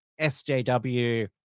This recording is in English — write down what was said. SJW